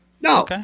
No